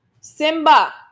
Simba